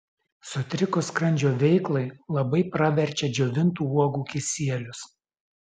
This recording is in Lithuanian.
sutrikus skrandžio veiklai labai praverčia džiovintų uogų kisielius